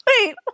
Wait